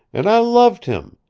an' i loved him,